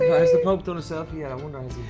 has the pope done a selfie? and i wonder,